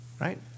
right